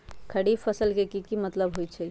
खरीफ फसल के की मतलब होइ छइ?